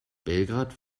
belgrad